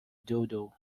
dodo